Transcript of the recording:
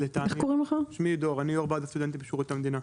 אני דור, אני יו"ר ועד הסטודנטים בשירות המדינה.